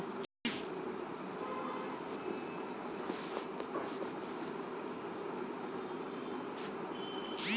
অটল pension Yojana ন্যূনতম মাসে কত টাকা সুধ দিতে হয়?